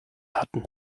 hatten